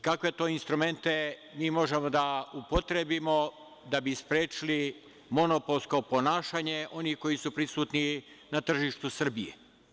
Kakve to instrumente mi možemo da upotrebimo da bi sprečili monopolsko ponašanje onih koji su prisutni na tržištu Srbije?